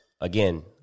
again